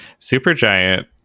Supergiant